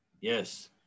Yes